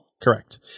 Correct